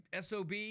sob